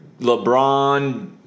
LeBron